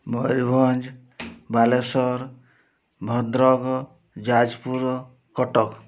Mayurbhanj Balasore Bhadrak Jajpur Cuttack